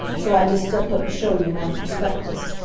so i just stepped up to show you my prospectus.